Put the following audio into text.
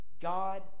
God